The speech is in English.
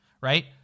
right